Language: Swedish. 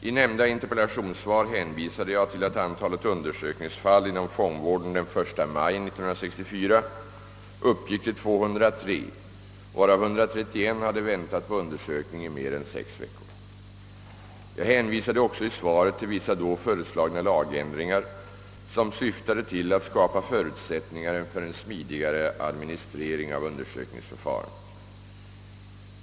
I nämnda interpellationssvar hänvisade jag till att antalet undersökningsfall inom fångvården den 1 maj 1964 uppgick till 203, varav 131 hade väntat på undersökning i mer än 6 veckor. Jag hänvisade också i svaret till vissa då föreslagna lagändringar, som syftade till att skapa förutsättningar för en smidigare administrering av undersökningsförfarandet.